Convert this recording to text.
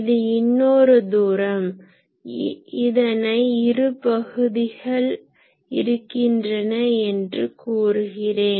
இது இன்னொரு தூரம் இதனை இரு பகுதிகள் இருக்கின்றன என்று கூறுகிறேன்